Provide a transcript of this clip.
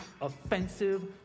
offensive